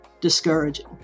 discouraging